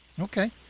Okay